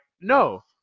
no